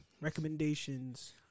recommendations